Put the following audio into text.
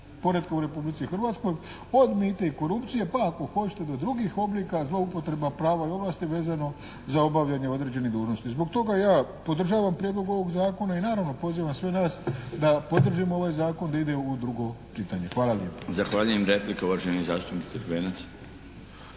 poretka u Republici Hrvatskoj od mita i korupcije pa ako hoćete i drugih oblika zloupotreba prava i ovlasti vezano za obavljanje određenih dužnosti. Zbog toga ja podržavam prijedlog ovog zakona i naravno pozivam sve nas da podržimo ovaj zakon da ide u drugo čitanje. Hvala lijepo. **Milinović, Darko